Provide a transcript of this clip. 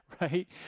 right